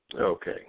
Okay